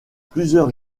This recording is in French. plusieurs